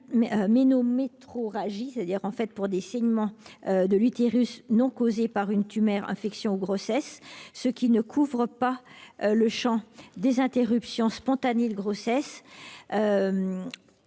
c'est-à-dire pour des saignements de l'utérus non causés par une tumeur, une infection ou une grossesse, ce qui ne couvre pas le champ des interruptions spontanées de grossesse.